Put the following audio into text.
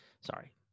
sorry